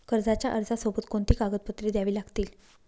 कर्जाच्या अर्जासोबत कोणती कागदपत्रे द्यावी लागतील?